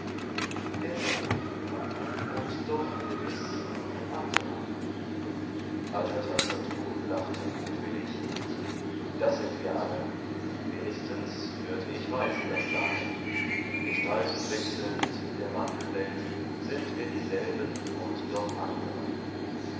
derselbe und doch gewiß ein anderer ajatasattu lachte mutwillig das sind wir alle wenigstens hörte ich weise das sagen gestalten wechselnd in der wandelwelt sind wir dieselben und doch andere